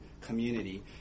community